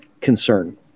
concern